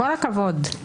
כל הכבוד...